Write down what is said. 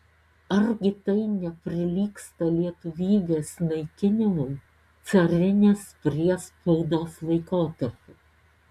argi tai neprilygsta lietuvybės naikinimui carinės priespaudos laikotarpiu